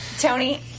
Tony